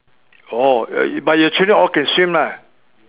oh uh but your children all can swim lah